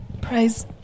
Praise